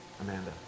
Amanda